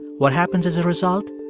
what happens as a result?